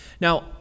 Now